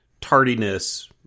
tardiness